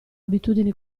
abitudini